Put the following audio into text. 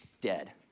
Dead